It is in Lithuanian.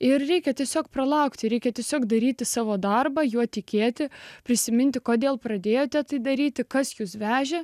ir reikia tiesiog pralaukti reikia tiesiog daryti savo darbą juo tikėti prisiminti kodėl pradėjote tai daryti kas jus vežė